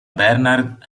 bernard